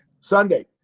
Sunday